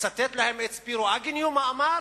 לצטט להם את ספירו אגניו, מה אמר?